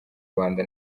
rwanda